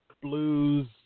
blues